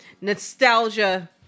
nostalgia